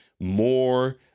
more